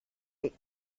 city